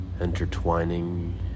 intertwining